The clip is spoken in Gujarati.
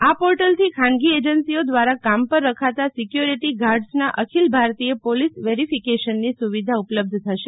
આ પોર્ટલથી ખાનગી એજન્સીઓ દ્વારા કામ પર રખાતા સિક્યોરીટી ગાર્ડસના અખિલ ભારતીય પોલીસ વેરિફીકેશનની સુવિધા ઉપલબ્ધ થશે